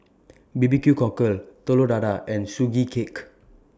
B B Q Cockle Telur Dadah and Sugee Cake